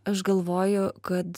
aš galvoju kad